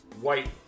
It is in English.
white